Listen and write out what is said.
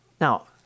Now